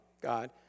God